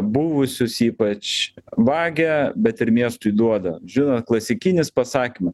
buvusius ypač vagia bet ir miestui duoda žinot klasikinis pasakymas